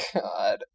God